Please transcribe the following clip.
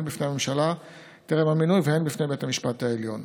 הן בפני הממשלה טרם המינוי והן בפני בית המשפט העליון.